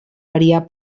variar